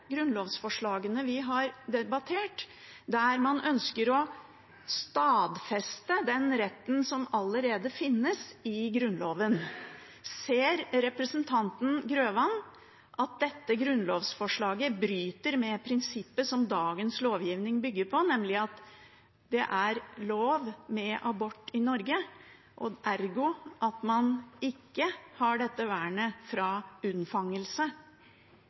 grunnlovsforslagene vi har debattert, der man ønsker å stadfeste den retten som allerede finnes, i Grunnloven. Ser representanten Grøvan at dette grunnlovsforslaget bryter med prinsippet som dagens lovgivning bygger på, nemlig at det er lov å ta abort i Norge, ergo at man ikke har dette vernet fra unnfangelse?